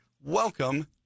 welcome